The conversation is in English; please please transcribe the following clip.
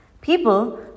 People